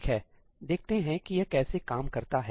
ठीक है देखते हैं कि यह कैसे काम करता है